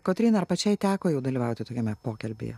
kotryna ar pačiai teko jau dalyvauti tokiame pokalbyje